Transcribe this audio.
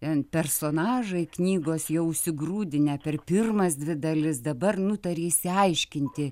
ten personažai knygos jau užsigrūdinę per pirmas dvi dalis dabar nutarė išsiaiškinti